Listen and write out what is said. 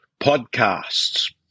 Podcasts